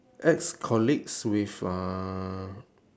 ex-colleagues with uh